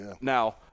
Now